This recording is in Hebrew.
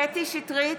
קטי קטרין שטרית,